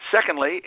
Secondly